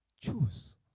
choose